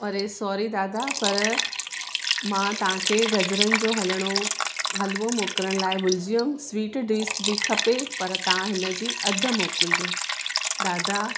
अरे सॉरी दादा पर मां तव्हांखे गजरनि जो हलणो हलवो मोकिलिण लाइ भुलिजी वियमि स्वीट डिस बि खपे पर तव्हां हिनजी अधु मोकिलिजो दादा